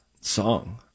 song